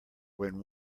when